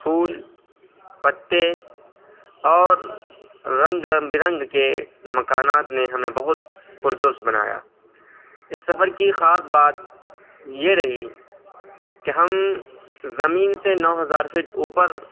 پھول پتے اور رنگ برنگ کے مکانات نے ہمیں بہت پرجوش بنایا اس سفر کی خاص بات یہ رہی کہ ہم زمین سے نو ہزار فٹ اوپر